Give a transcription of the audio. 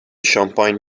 شامپاین